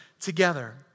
together